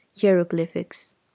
hieroglyphics